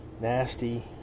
nasty